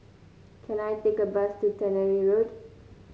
can I take a bus to Tannery Road